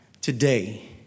today